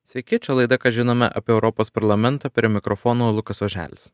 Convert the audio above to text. sveiki čia laida ką žinome apie europos parlamentą prie mikrofono lukas oželis